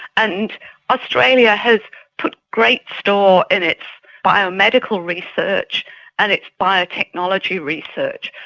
and australia has put great store in its biomedical research and its biotechnology research.